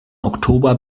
oktober